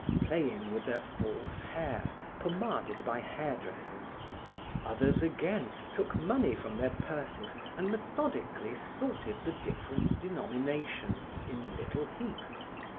playing with their false hair pomaded by hair-dressers others, again, took money from their purses and methodically sorted the different denominations in little heaps.